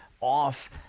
off